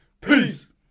Peace